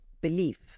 belief